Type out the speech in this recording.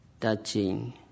touching